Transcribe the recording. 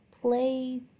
play